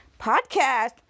podcast